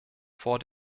vor